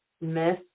miss